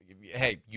Hey